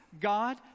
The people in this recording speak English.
God